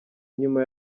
nyuma